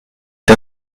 der